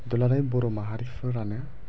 दुलाराय बर' माहारिफोरानो